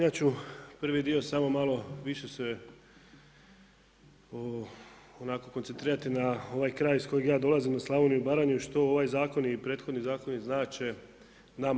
Ja ću prvi dio samo malo više se onako koncentrirati na ovaj kraj iz kojeg ja dolazim na Slavoniju i Baranju, što ovaj zakon i prethodni zakoni znače nama.